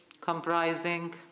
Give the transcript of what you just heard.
comprising